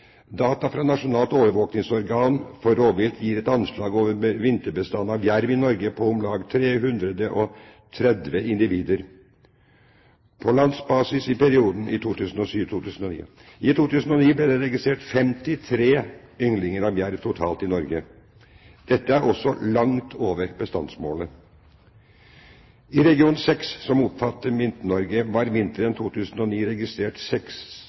Data fra Nasjonalt overvåkingsprogram for rovvilt gir et anslag over vinterbestanden av jerv i Norge på om lag 330 individer på landsbasis i perioden 2007–2009. I 2009 ble det registrert 53 ynglinger av jerv totalt i Norge. Dette er også langt over bestandsmålet. I region 6, som omfatter Midt-Norge, var det vinteren 2009 registrert